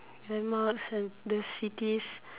landmarks and the cities